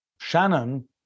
Shannon